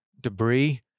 debris